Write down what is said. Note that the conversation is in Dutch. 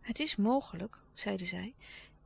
het is mogelijk zeide zij